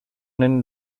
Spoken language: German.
den